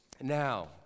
Now